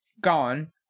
gone